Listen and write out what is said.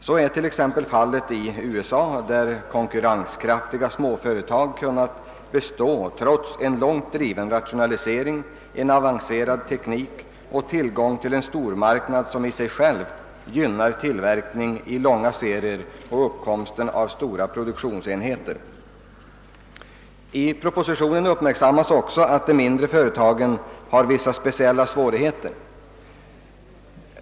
Så är t.ex. fallet i USA, där konkurrenskraftiga småföretag har kunnat bestå trots en långt driven rationalisering, en avancerad teknik och tillgång till en stormarknad, som i sig själv gynnar tillverkning i långa serier och uppkomsten av stora produktionsenheter. I propositionen uppmärksammas också att de mindre företagen har vissa speciella svårigheter.